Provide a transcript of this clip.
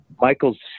Michael's